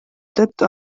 tõttu